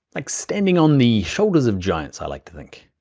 like standing on the shoulders of giants, i like to think.